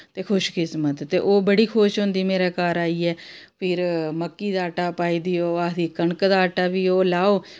ते खुशकिस्मत ते ओह् बड़ी खुश होंदी मेरे घर आइयै फिर मक्की दा आटा पाई देओ आखदी कनका दा आटा बी ओह् लैओ